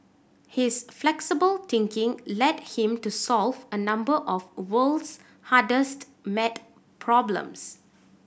his flexible thinking led him to solve a number of world's hardest mad problems